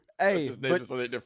Hey